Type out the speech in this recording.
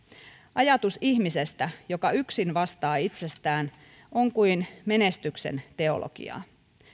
ajatus ihmisestä joka yksin vastaa itsestään on kuin menestyksen teologiaa